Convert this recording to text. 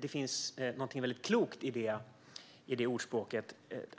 Det finns någonting väldigt klokt i det ordspråket.